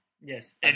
Yes